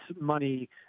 money